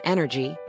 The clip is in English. Energy